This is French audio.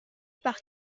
par